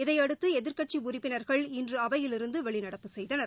இதையடுத்துஎதிர்க்கட்சிஉறுப்பினர்கள் இன்றுஅவையிலிருந்துவெளிநடப்பு செய்தனர்